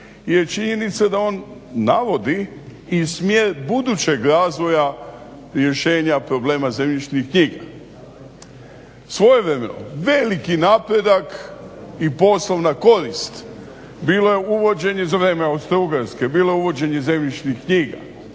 je činjenica da on navodi i smjer budućeg razvoja rješenja problema zemljišnih knjiga. Svojevremeno veliki napredak i poslovna korist bila je uvođena za vrijeme Austro-Ugarske, bilo je uvođenje zemljišnih knjiga.